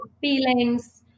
feelings